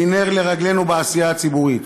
והיא נר לרגלינו בעשייה הציבורית.